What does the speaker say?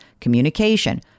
communication